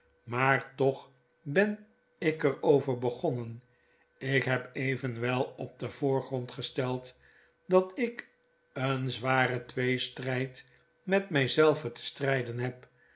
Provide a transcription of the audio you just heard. maar toch ben ik er over begonnen ik heb evenwel op den voorgrond gesteld dat ik een zwaren tweestryd met mi zelven te stryden heb